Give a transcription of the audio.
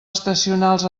estacionals